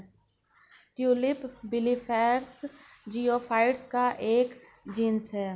tulip bulbiferous geophytes का एक genus है